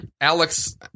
Alex